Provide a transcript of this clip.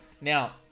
Now